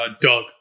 Doug